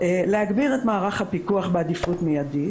להגביר את מערך הפיקוח בעדיפות מידית,